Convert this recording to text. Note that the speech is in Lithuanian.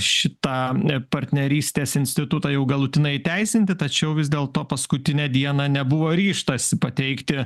šitą partnerystės institutą jau galutinai įteisinti tačiau vis dėlto paskutinę dieną nebuvo ryžtasi pateikti